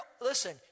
Listen